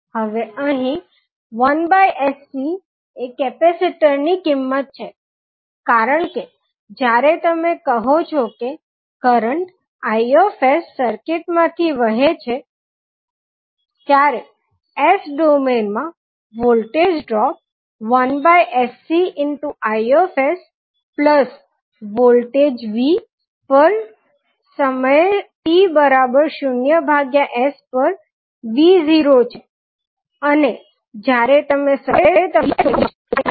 હવે અહીં 1sC એ કેપેસિટર ની કિંમત છે કારણ કે જ્યારે તમે કહો છો કે કરંટ Is સર્કિટ માંથી વહે છે ત્યારે S ડોમેઇન માં voltage drop 1sCIs plus voltage v પર સમયે t 0s પર v0 છે અને જ્યારે તમે સરવાળો કરો ત્યારે તમને v પર S ડોમેઈન માં મૂલ્ય મળશે